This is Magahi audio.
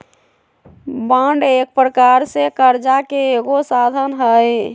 बॉन्ड एक प्रकार से करजा के एगो साधन हइ